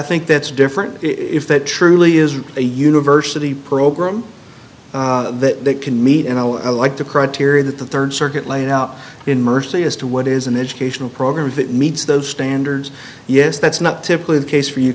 think that's different if that truly is a university program that they can meet and i like the criteria that the rd circuit laid out in mercy as to what is an educational program that meets those standards yes that's not typically the case for you